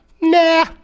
nah